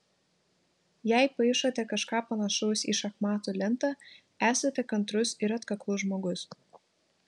jei paišote kažką panašaus į šachmatų lentą esate kantrus ir atkaklus žmogus